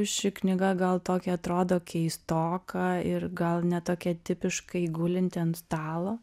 ši knyga gal tokia atrodo keistoka ir gal ne tokia tipiškai gulinti ant stalo